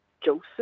Joseph